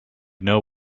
know